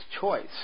choice